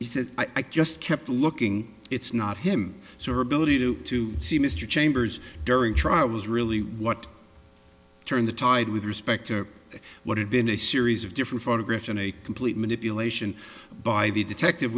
he said i just kept looking it's not him so her ability to to see mr chambers during trial was really what turned the tide with respect to what had been a series of different photographs in a complete manipulation by the detective